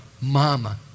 mama